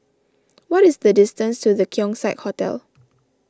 what is the distance to the Keong Saik Hotel